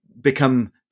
become